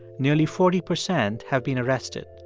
nearly forty percent have been arrested.